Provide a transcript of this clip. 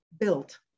built